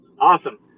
Awesome